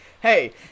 hey